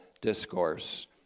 discourse